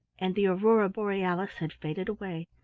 and the aurora borealis had faded away.